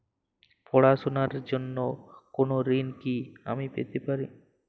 পড়াশোনা র জন্য কোনো ঋণ কি আমি পেতে পারি?